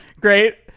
great